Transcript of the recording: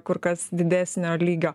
kur kas didesnio lygio